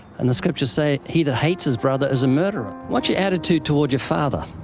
and the scriptures say, he that hates his brother is a murderer. what's your attitude toward your father?